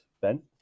Ben